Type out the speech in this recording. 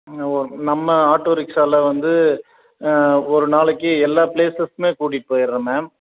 இன்னும் ஒரு நம்ம ஆட்டோ ரிக்ஷாவில வந்து ஒரு நாளைக்கு எல்லா ப்ளேஸஸ்மே கூட்டிட்டு போயிடுறோம் மேம்